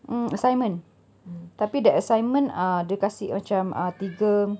mm assignment tapi the assignment uh dia kasih macam uh tiga